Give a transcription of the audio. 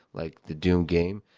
like the doom game,